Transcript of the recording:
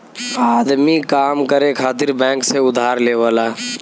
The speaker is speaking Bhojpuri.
आदमी काम करे खातिर बैंक से उधार लेवला